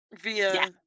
via